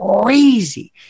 crazy